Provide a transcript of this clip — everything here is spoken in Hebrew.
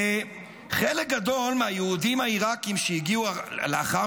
וחלק גדול מהיהודים העיראקים שהגיעו לאחר